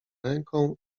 ręką